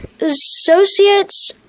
Associates